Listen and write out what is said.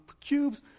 cubes